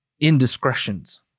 indiscretions